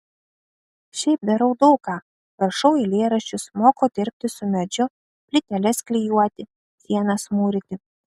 šiaip darau daug ką rašau eilėraščius moku dirbti su medžiu plyteles klijuoti sienas mūryti